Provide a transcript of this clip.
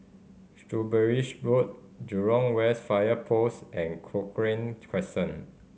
Shrewsbury Road Jurong West Fire Post and Cochrane Crescent